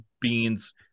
beans